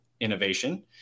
innovation